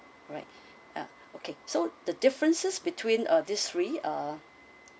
alright yeah okay so the differences between uh these three are